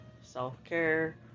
self-care